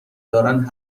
دارند